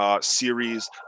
series